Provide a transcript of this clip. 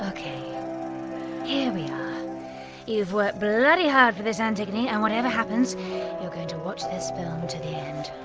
ah you've worked bloody hard for this, antigone. and whatever happens, you're going to watch this film to the end.